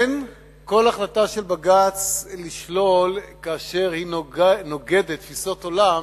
אין כל החלטה של בג"ץ לשלול כאשר היא נוגדת תפיסות עולם